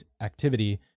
activity